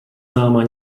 náma